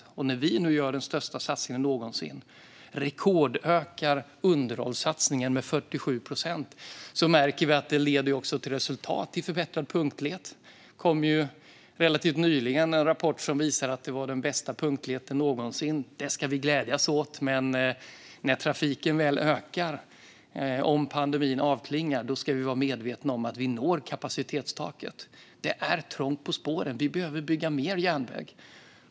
När vi gör den största satsningen någonsin, rekordökar underhållssatsningen med 47 procent, märker vi också att det leder till resultat i förbättrad punktlighet. Relativt nyligen kom en rapport som visade den bästa punktligheten någonsin. Det ska vi glädjas åt. Men när trafiken väl ökar, om pandemin avklingar, ska vi vara medvetna om att vi når kapacitetstaket. Det är trångt på spåren! Vi behöver bygga mer järnväg.